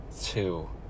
two